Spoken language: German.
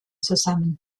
zusammen